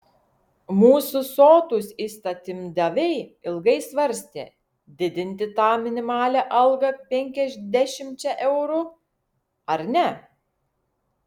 mūsų sotūs įstatymdaviai ilgai svarstė didinti tą minimalią algą penkiasdešimčia eurų ar ne